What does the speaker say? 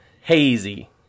hazy